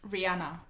Rihanna